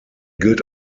gilt